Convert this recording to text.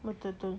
betul betul